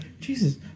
Jesus